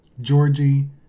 Georgie